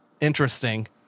interesting